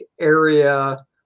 area